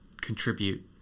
contribute